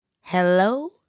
Hello